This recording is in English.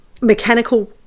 Mechanical